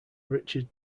richard